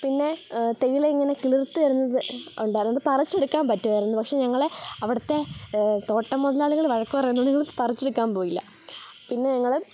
പിന്നെ തേയില ഇങ്ങനെ കിളിർത്ത് വരുന്നത് ഉണ്ടായിരുന്നു അത് പറിച്ചെടുക്കാൻ പറ്റുമായിരുന്നു പക്ഷേ ഞങ്ങൾ അവിടുത്തെ തോട്ടം മുതലാളികൾ വഴക്ക് പറയുന്നതുകൊണ്ട് ഞങ്ങൾ പറിച്ചെടുക്കാൻ പോയില്ല പിന്നെ ഞങ്ങൾ